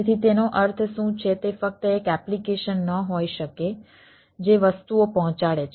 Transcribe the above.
તેથી તેનો અર્થ શું છે તે ફક્ત એક એપ્લિકેશન ન હોઈ શકે જે વસ્તુઓ પહોંચાડે છે